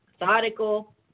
methodical